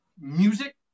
Music